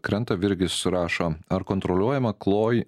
krenta virgis rašo ar kontroliuojama kloji